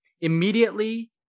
Immediately